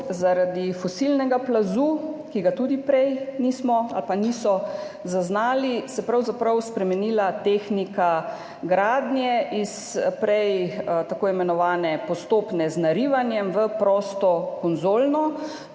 zaradi fosilnega plazu, ki ga tudi prej nismo ali pa niso zaznali, spremenila tehnika gradnje iz prej tako imenovane postopne z narivanjem v prosto konzolno.